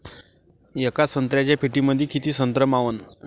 येका संत्र्याच्या पेटीमंदी किती संत्र मावन?